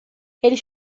eles